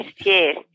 yes